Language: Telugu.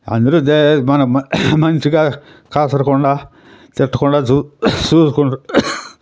అందరు అదే మన మంచిగా కసరకుండా తిట్టకుండా చూ చూసుకుంటు